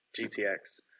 GTX